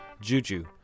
Juju